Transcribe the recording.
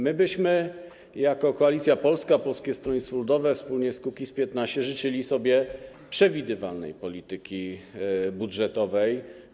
My byśmy, jako Koalicja Polska - Polskie Stronnictwo Ludowe wspólnie z Kukiz15, życzyli sobie przewidywalnej polityki budżetowej.